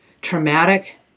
traumatic